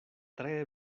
tre